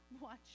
watch